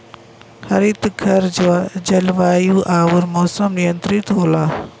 हरितघर जलवायु आउर मौसम नियंत्रित होला